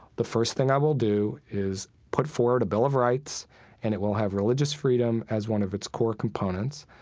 the first thing i will do is put forward a bill of rights and it will have religious freedom as one of its core components